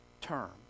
term